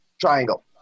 triangle